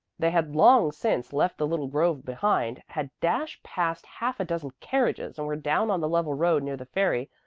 they had long since left the little grove behind, had dashed past half a dozen carriages, and were down on the level road near the ferry,